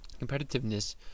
competitiveness